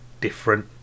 different